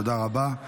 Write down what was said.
תודה רבה.